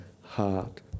heart